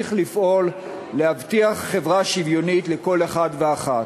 ונמשיך לפעול להבטיח חברה שוויונית לכל אחד ואחת.